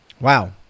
Wow